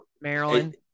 Maryland